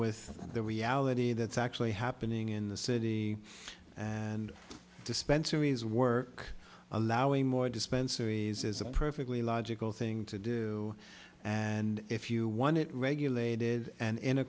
with the reality that's actually happening in the city and dispensary is work allowing more dispensaries is a perfectly logical thing to do and if you want it regulated and in